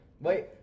Wait